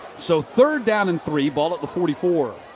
so third down and three, ball at the forty four.